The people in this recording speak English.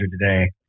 today